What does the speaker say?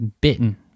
bitten